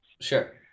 Sure